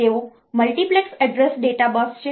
તેઓ multiplex address data bus છે